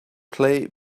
play